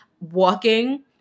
Walking